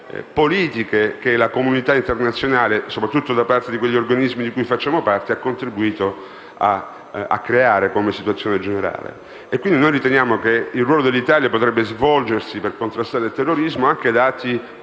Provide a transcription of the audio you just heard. politiche che la comunità internazionale (soprattutto da parte di quegli organismi di cui facciamo parte) ha contribuito a creare come situazione generale. Riteniamo quindi che il ruolo dell'Italia per contrastare il terrorismo potrebbe